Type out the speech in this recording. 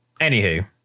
Anywho